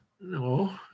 no